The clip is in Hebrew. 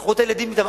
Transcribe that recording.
ולקחו את הילדים אתם.